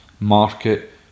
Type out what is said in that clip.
market